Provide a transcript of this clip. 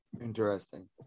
Interesting